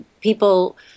people –